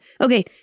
Okay